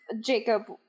Jacob